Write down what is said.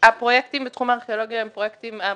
האחריות על הפרויקטים בתחום הארכיאולוגיה היא של